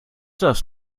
das